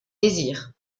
désirs